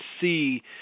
see